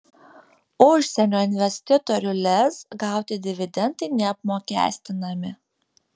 užsienio investitorių lez gauti dividendai neapmokestinami